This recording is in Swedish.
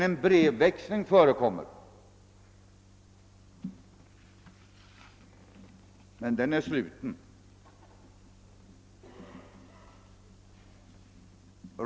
Även brevväxling förekommer, men den är sluten.